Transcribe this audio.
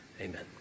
Amen